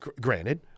Granted